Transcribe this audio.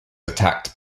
attacked